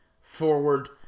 forward